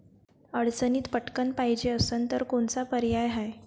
अडचणीत पटकण पायजे असन तर कोनचा पर्याय हाय?